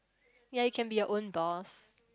ya you can be your own boss